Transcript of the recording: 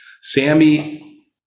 Sammy